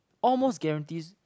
almost guarantee